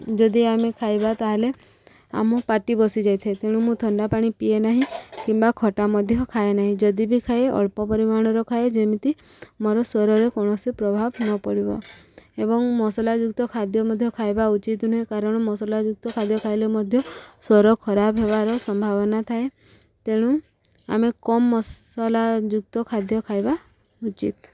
ଯଦି ଆମେ ଖାଇବା ତାହେଲେ ଆମ ପାଟି ବସିଯାଇଥାଏ ତେଣୁ ମୁଁ ଥଣ୍ଡା ପାଣି ପିଏ ନାହିଁ କିମ୍ବା ଖଟା ମଧ୍ୟ ଖାଏ ନାହିଁ ଯଦି ବି ଖାଏ ଅଳ୍ପ ପରିମାଣର ଖାଏ ଯେମିତି ମୋର ସ୍ୱରରେ କୌଣସି ପ୍ରଭାବ ନ ପଡ଼ିବ ଏବଂ ମସଲା ଯୁକ୍ତ ଖାଦ୍ୟ ମଧ୍ୟ ଖାଇବା ଉଚିତ ନୁହେଁ କାରଣ ମସଲା ଯୁକ୍ତ ଖାଦ୍ୟ ଖାଇଲେ ମଧ୍ୟ ସ୍ୱର ଖରାପ ହେବାର ସମ୍ଭାବନା ଥାଏ ତେଣୁ ଆମେ କମ୍ ମସଲା ଯୁକ୍ତ ଖାଦ୍ୟ ଖାଇବା ଉଚିତ୍